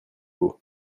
beau